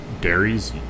dairies